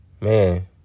man